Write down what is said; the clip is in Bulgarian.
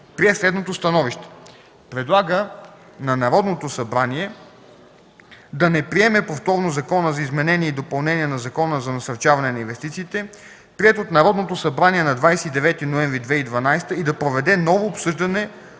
прие следното становище: Предлага на Народното събрание да не приеме повторно Закона за изменение и допълнение на Закона за насърчаване на инвестициите, приет от Народното събрание на 29 ноември 2012 г., и да проведе ново обсъждане